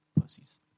Pussies